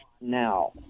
now